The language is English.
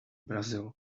brazil